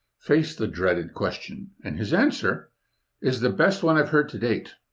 faced the dreaded question, and his answer is the best one i've heard to date.